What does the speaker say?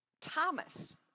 Thomas